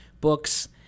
books